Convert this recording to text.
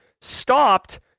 stopped